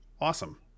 awesome